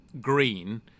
green